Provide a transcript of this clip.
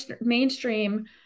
mainstream